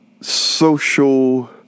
social